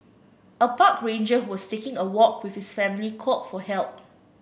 a park ranger who was taking a walk with his family called for help